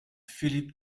philip